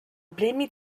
premi